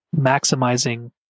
maximizing